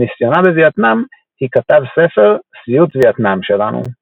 על ניסיונה בווייטנאם היא כתב ספר "סיוט וייטנאם שלנו".